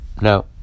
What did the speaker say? No